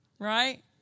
right